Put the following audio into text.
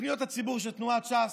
לפניות הציבור של תנועת ש"ס,